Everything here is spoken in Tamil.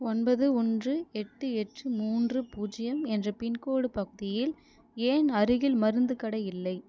ஒன்பது ஒன்று எட்டு எட்டு மூன்று பூஜ்ஜியம் என்ற பின்கோட் பகுதியில் ஏன் அருகில் மருந்துக் கடை இல்லை